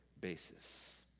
basis